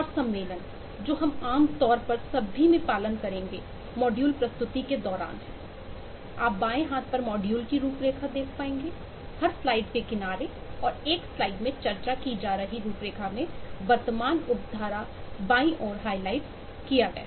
और सम्मेलन जो हम आम तौर पर सभी में पालन करेंगे मॉड्यूल प्रस्तुति के दौरान है आप बाएं हाथ पर मॉड्यूल की रूपरेखा देख पाएंगे हर स्लाइड के किनारे और एक स्लाइड में चर्चा की जा रही रूपरेखा में वर्तमान उप धारा बाईं ओर हाइलाइट किया गया